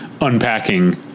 unpacking